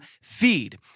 feed